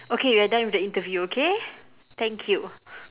okay we are done with the interview okay thank you